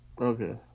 Okay